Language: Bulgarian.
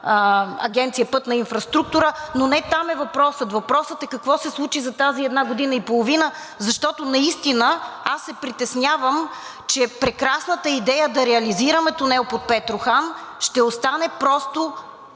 Агенция „Пътна инфраструктура“, но не там е въпросът. Въпросът е какво се случи за тази една година и половина, защото аз наистина се притеснявам, че прекрасната идея да реализираме тунел под Петрохан ще остане просто